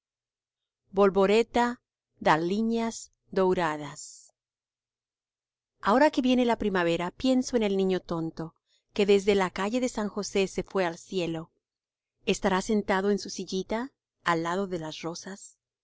volvoreta d aliñas douradas ahora que viene la primavera pienso en el niño tonto que desde la calle de san josé se fué al cielo estará sentado en su sillita al lado de las rosas